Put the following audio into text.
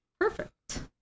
Perfect